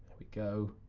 we go.